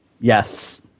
Yes